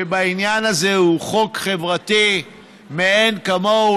שבעניין הזה הוא חוק חברתי מאין כמוהו